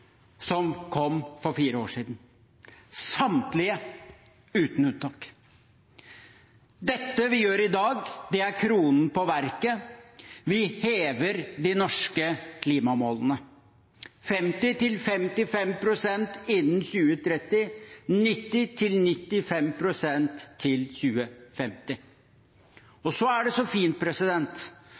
som kom for fire år siden – samtlige uten unntak. Det vi gjør i dag, er kronen på verket: Vi hever de norske klimamålene – 50-55 pst. innen 2030, 90-95 pst. til 2050. Det er fint at denne regjeringen i tillegg til